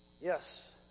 Yes